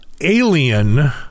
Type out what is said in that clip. Alien